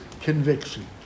conviction